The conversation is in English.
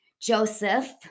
Joseph